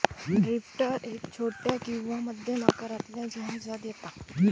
drifter एक छोट्या किंवा मध्यम आकारातल्या जहाजांत येता